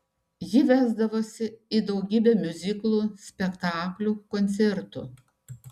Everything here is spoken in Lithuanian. ji vesdavosi į daugybę miuziklų spektaklių koncertų